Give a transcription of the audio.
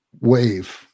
wave